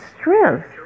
strength